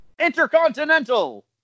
Intercontinental